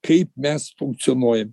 kaip mes funkcionuojam